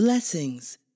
Blessings